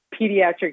pediatric